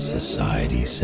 Society